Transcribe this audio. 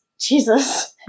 jesus